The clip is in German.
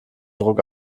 druck